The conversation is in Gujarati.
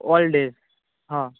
ઓલ ડેઝ હા